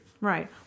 Right